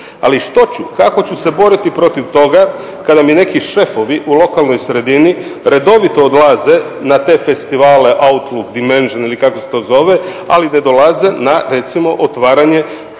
Ali što ću, kako ću se boriti protiv toga kada mi neki šefovi u lokalnoj sredini redovito odlaze na te festivale … ili kako se to zove, ali ne dolaze na recimo otvaranje Pulskog